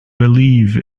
believe